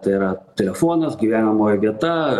tai yra telefonas gyvenamoji vieta